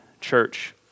church